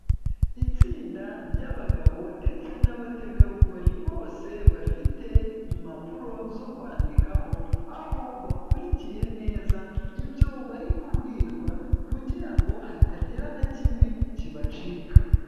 Itsinda ry'abagabo ndetse nabategarugori bose bafite impapuro zo kwandikaho, aho bakurikiye neza ibyo bari kubwirwa kugira ngo hatagira na kimwe kibacika.